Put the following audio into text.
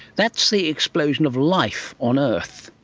that's the explosion of life on earth.